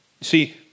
see